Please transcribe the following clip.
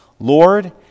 Lord